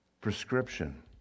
prescription